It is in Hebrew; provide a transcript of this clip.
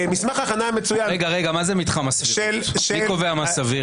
מי קובע מה סביר?